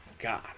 God